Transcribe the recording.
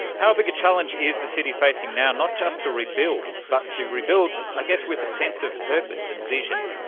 how big a challenge is the city facing now, not just to rebuild but to rebuild i guess with a sense of purpose and vision?